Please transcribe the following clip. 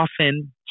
often